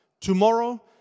tomorrow